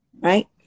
Right